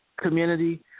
community